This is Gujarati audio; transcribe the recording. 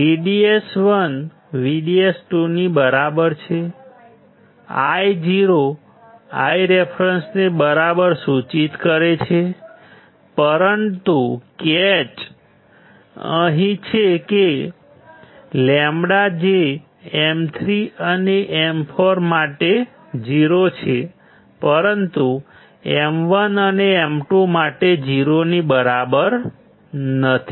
VDS1 VDS2 ની બરાબર છે Io Ireference ને બરાબર સૂચિત કરે છે પરંતુ કેચ અહીં છે કે λ જે M3 અને M4 માટે 0 છે પરંતુ M1 અને M2 માટે 0 ની બરાબર નથી